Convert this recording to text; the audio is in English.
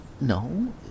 no